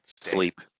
sleep